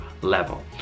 level